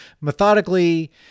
methodically